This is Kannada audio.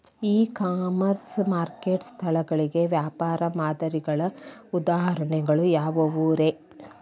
ಇ ಕಾಮರ್ಸ್ ಮಾರುಕಟ್ಟೆ ಸ್ಥಳಗಳಿಗೆ ವ್ಯಾಪಾರ ಮಾದರಿಗಳ ಉದಾಹರಣೆಗಳು ಯಾವವುರೇ?